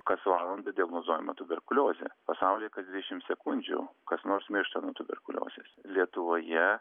kas valandą diagnozuojama tuberkuliozė pasaulyje kas dvidešimt sekundžių kas nors miršta nuo tuberkuliozės lietuvoje